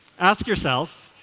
ask yourself,